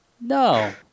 No